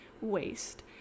waste